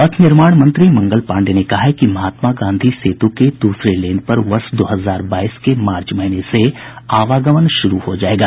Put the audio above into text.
पथ निर्माण मंत्री मंगल पांडेय ने कहा है कि महात्मा गांधी सेतु के दूसरे लेन पर वर्ष दो हजार बाईस के मार्च महीने से आवागमन शुरू हो जायेगा